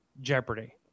Jeopardy